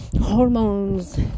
hormones